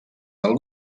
del